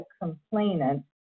complainant